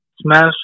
smash